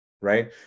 Right